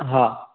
हा